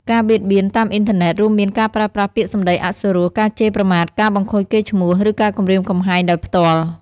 ការបៀតបៀនតាមអ៊ីនធឺណិត រួមមានការប្រើប្រាស់ពាក្យសម្ដីអសុរោះ ការជេរប្រមាថ ការបង្ខូចកេរ្តិ៍ឈ្មោះ ឬការគំរាមកំហែងដោយផ្ទាល់។